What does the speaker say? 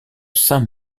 saint